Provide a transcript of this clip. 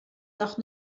nach